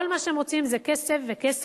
כל מה שהם רוצים זה כסף וכסף,